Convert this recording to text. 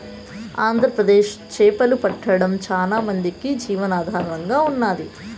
ఆంధ్రప్రదేశ్ చేపలు పట్టడం చానా మందికి జీవనాధారంగా ఉన్నాది